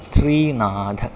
श्रीनाथः